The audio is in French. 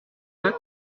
sept